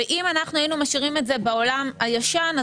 ולו היינו משאירים את זה בעולם הישן,